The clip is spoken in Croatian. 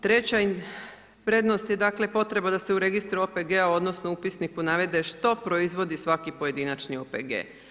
Treća prednost je dakle, potreba da se u registru OPG-a, odnosno upisniku navede što proizvodi svaki pojedinačni OPG.